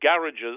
garages